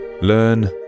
Learn